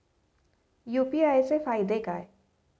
UPI चे फायदे काय?